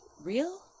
real